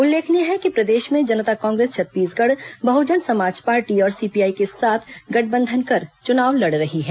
उल्लेखनीय है कि प्रदेश में जनता कांग्रेस छत्तीसगढ़ बहुजन समाज पार्टी और सीपीआई के साथ गठबंधन कर चुनाव लड़ रही है